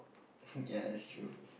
ya that's true